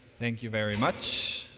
thank you very much.